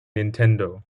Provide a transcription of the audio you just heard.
nintendo